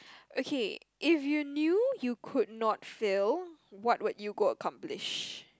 okay if you knew you could not fail what would you go accomplish